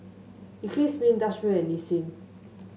Eclipse Mints Dutch Mill and Nissin